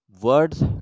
words